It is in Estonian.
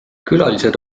külalised